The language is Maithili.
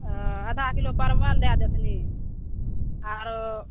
ओ आधा किलो परबल दै देथिन आरो